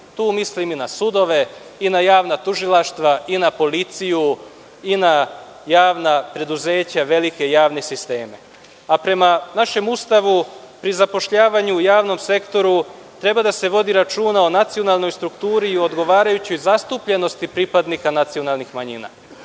Tu mislim i na sudove i na javna tužilaštva i na policiju i na javna preduzeća, velike javne sisteme. Prema našem Ustavu, pri zapošljavanju u javnom sektoru, treba da se vodi računa o nacionalnoj strukturi i odgovarajućoj zastupljenosti pripadnika nacionalnih manjina.